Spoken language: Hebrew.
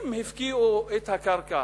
ואם הפקיעו את הקרקע